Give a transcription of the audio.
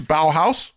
Bauhaus